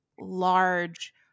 large